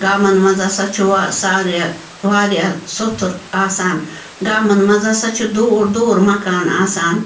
گامَن مَنٛز ہَسا چھُ وَ ساریا واریاہ سُتھُر آسان گامَن مَنٛز ہَسا چھُ دوٗر دوٗر مَکان آسان